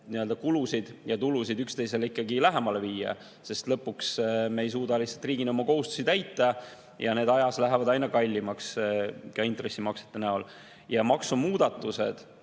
kulusid ja tulusid üksteisele ikkagi lähemale viia, sest [muidu] lõpuks me ei suuda lihtsalt riigina oma kohustusi täita ja need ajas lähevad aina kallimaks ka intressimaksete näol. Ja maksumuudatused